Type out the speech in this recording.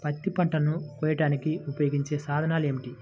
పత్తి పంటలను కోయడానికి ఉపయోగించే సాధనాలు ఏమిటీ?